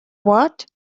what